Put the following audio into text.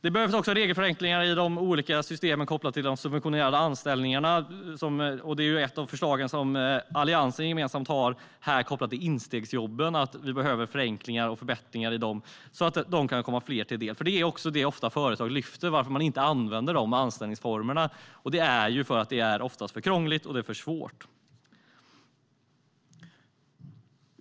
Det behövs också regelförenklingar i de olika systemen kopplade till de subventionerade anställningarna. Det är ett av förslagen som Alliansen gemensamt lagt fram som är kopplade till instegsjobben. Vi behöver förenklingar och förbättringar av dessa så att de kan komma fler till del. Det är ofta det som företagen lyfter fram - de undrar varför man inte använder de anställningsformerna. Det är ju för att det oftast är för krångligt och för svårt.